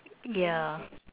yeah